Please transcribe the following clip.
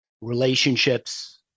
relationships